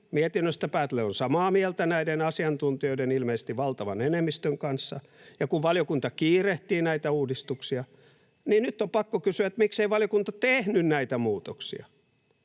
mietinnöstä päätellen on samaa mieltä näiden asiantuntijoiden ilmeisesti valtavan enemmistön kanssa ja kun valiokunta kiirehtii näitä uudistuksia, on pakko kysyä, miksei valiokunta tehnyt näitä muutoksia.